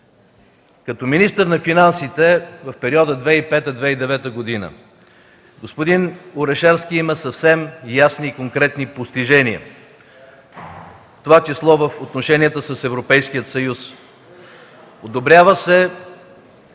Като министър на финансите в периода 2005-2009 г. господин Орешарски има съвсем ясни и конкретни постижения, в това число в отношенията с Европейския съюз – одобрява се